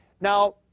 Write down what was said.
Now